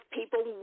people